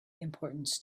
importance